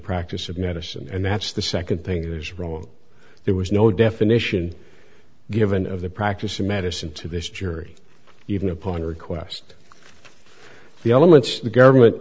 practice of medicine and that's the second thing is wrong there was no definition given of the practice of medicine to this jury even upon request of the elements the government